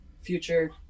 Future